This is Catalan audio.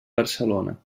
barcelona